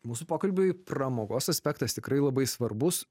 mūsų pokalbiui pramogos aspektas tikrai labai svarbus